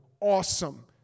awesome